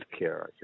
healthcare